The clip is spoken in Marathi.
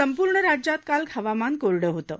संपूर्ण राज्यात काल हवामान कोरडं होतं